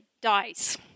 dies